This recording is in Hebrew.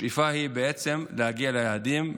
השאיפה היא להגיע ליעדים.